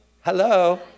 Hello